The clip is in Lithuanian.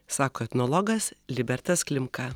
sako etnologas libertas klimka